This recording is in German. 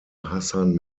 hassan